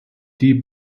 die